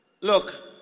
look